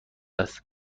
است